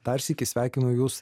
dar sykį sveikinu jus